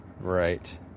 Right